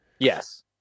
Yes